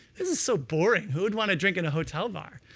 this is so boring, who would want to drink in a hotel bar?